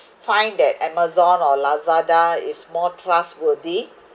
find that amazon or lazada is more trustworthy